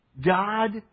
God